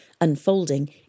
unfolding